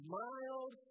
mild